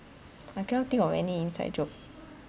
I cannot think of any inside joke